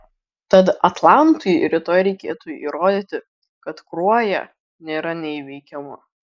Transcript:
tad atlantui rytoj reikėtų įrodyti kad kruoja nėra neįveikiama